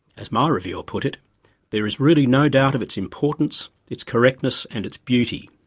as my reviewer put it there is really no doubt of its importance, its correctness and its beauty.